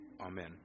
Amen